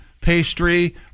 pastry